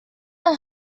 are